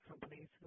companies